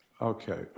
okay